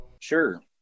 Sure